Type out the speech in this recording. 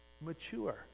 mature